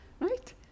right